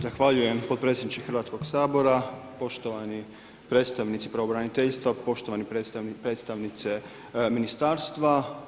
Zahvaljujem potpredsjedniče Hrvatskog sabora, poštovani predstavnici pravobraniteljstva, poštovane predstavnice ministarstva.